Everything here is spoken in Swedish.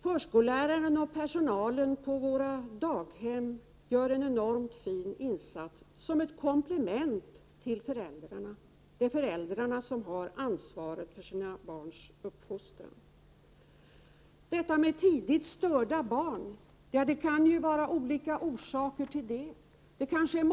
Förskolläraren och personalen på daghemmen gör en enormt fin insats som ett komplement till föräldrarna. Det är föräldrarna som har ansvaret för sina barns uppfostran. Detta med tidigt störda barn kan ha olika orsaker.